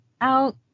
out